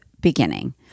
beginning